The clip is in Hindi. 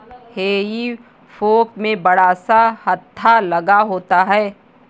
हेई फोक में बड़ा सा हत्था लगा होता है